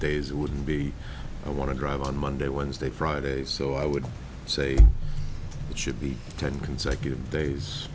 days it wouldn't be i want to on monday wednesday friday so i would say it should be ten consecutive days